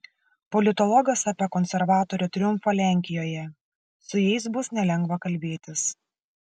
politologas apie konservatorių triumfą lenkijoje su jais bus nelengva kalbėtis